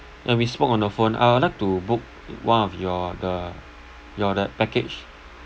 and we spoke on the phone I would like to book one of your the your that package